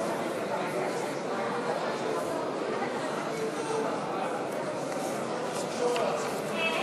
במהלך הפגרה הלך לעולמו חבר הכנסת והשר לשעבר אברהם